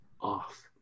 off